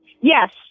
Yes